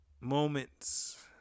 Moments